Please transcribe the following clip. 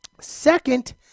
Second